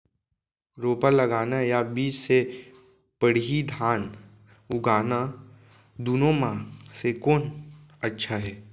रोपा लगाना या बीज से पड़ही धान उगाना दुनो म से कोन अच्छा हे?